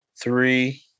three